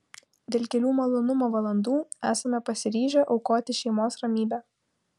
dėl kelių malonumo valandų esame pasiryžę aukoti šeimos ramybę